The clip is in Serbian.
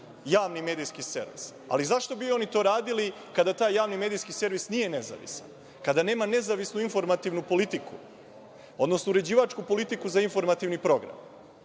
javni medijski servis. Ali, zašto bi oni to radili, kada taj javni medijski servis nije nezavistan, kada nema nezavisnu informativnu politiku, odnosno uređivačku politiku za informativni program? Primera